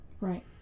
right